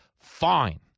Fine